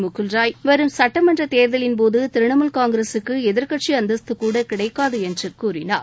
முகுல்ராய் வரும் சட்டமன்ற தேர்தலின் போது திரிணாமூல் காங்கிரசுக்கு எதிர்க்கட்சி அந்தஸ்து கூட கிளடக்காது என்று கூறினார்